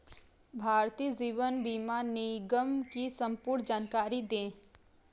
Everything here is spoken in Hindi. भारतीय जीवन बीमा निगम की संपूर्ण जानकारी दें?